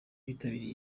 bitabiriye